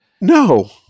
No